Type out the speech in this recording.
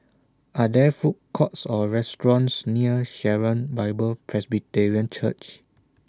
Are There Food Courts Or restaurants near Sharon Bible Presbyterian Church